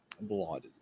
blotted